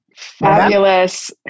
Fabulous